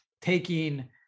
taking